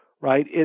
right